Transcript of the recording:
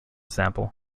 sample